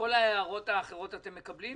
את כל ההערות האחרות אתם מקבלים?